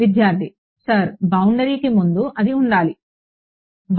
విద్యార్థి సర్ బౌండరీకి ముందు అది ఉండాలి సమయం 0351 చూడండి